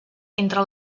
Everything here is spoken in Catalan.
entre